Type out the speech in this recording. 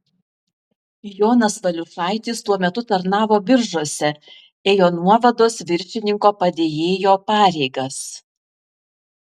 jonas valiušaitis tuo metu tarnavo biržuose ėjo nuovados viršininko padėjėjo pareigas